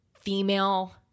female